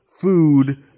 food